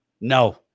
No